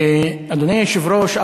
אדוני היושב-ראש,